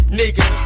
nigga